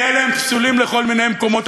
כי אלה פסולים לכל מיני מקומות.